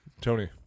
Tony